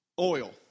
Oil